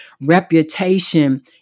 reputation